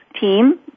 team